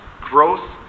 growth